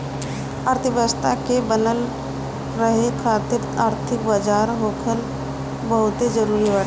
अर्थव्यवस्था के बनल रहे खातिर आर्थिक बाजार होखल बहुते जरुरी बाटे